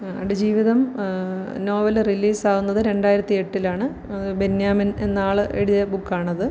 Aadujeevitham novel റിലീസാവുന്നത് രണ്ടായിരത്തി എട്ടിലാണ് അത് ബെന്യാമിൻ എന്നയാള് എഴുതിയ ബുക്കാണത്